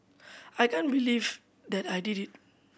I can't believe that I did it